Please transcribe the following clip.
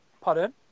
Pardon